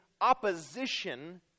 opposition